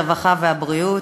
הרווחה והבריאות,